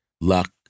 luck